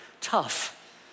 tough